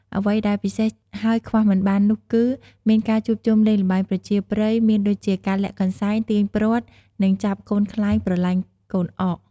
អ្វីដែលពិសេសហើយខ្វះមិនបាននោះគឺមានការជួបជុំលេងល្បែងប្រជាប្រិយមានដូចជាការលាក់កន្សែង ទាញព័ត្រ និងចាប់កូនខ្លែងប្រលែងកូនអក។